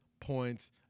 points